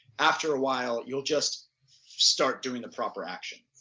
after a while you'll just start doing the proper action.